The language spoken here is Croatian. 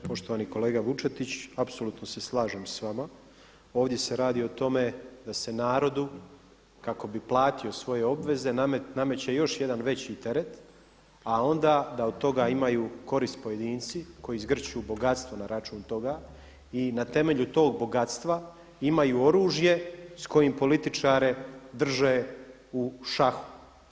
Poštovani kolega Vučetić, apsolutno se slažem s vama, ovdje se radi o tome da se narodu kako bi platio svoje obveze nameće još jedan veći teret a onda da od toga imaju korist pojedinci koji zgrću bogatstvo na račun toga i na temelju tog bogatstva imaju oružje s kojim političare drže u šahu.